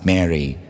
Mary